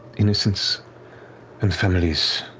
innocents and families,